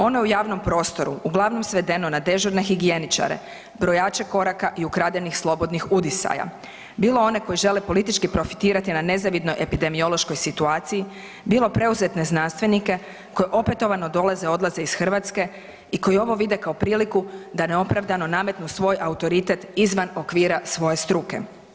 Ono je u javnom prostoru uglavnom svedeno na dežurne higijeničare, brojače koraka i ukradenih slobodnih udisaja, bilo one koji žele politički profitirati na nezavidnoj epidemiološkoj situaciji, bili preuzetne znanstvenike koji opetovano dolaze, odlaze iz Hrvatske i koji ovo vide kao priliku da neopravdano nametnu svoj autoritet izvan okvira svoje struke.